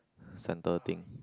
center thing